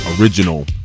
original